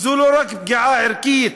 זו לא רק פגיעה ערכית,